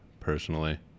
personally